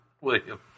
William